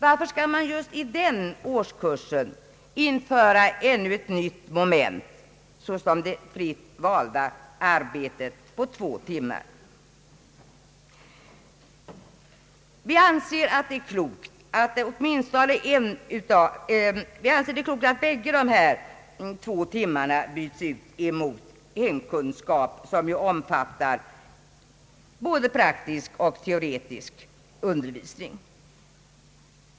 Varför skall man just i den årskursen införa ännu ett nytt moment, såsom det fritt valda arbetet med två timmar? Vi anser att det är klokt att båda dessa timmar byts ut mot hemkunskap som ju omfattar både praktisk och teoretisk undervisning.